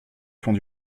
font